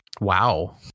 Wow